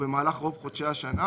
ובמהלך רוב חודשי השנה,"